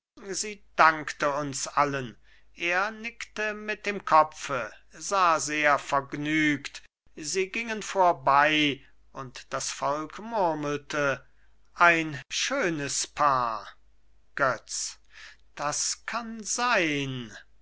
sie dankte uns allen er nickte mit dem kopf sah sehr vergnügt sie gingen vorbei und das volk murmelte ein schönes paar götz das kann sein